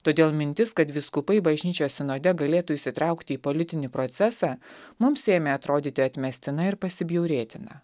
todėl mintis kad vyskupai bažnyčios sinode galėtų įsitraukti į politinį procesą mums ėmė atrodyti atmestina ir pasibjaurėtina